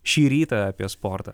šį rytą apie sportą